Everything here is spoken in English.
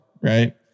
right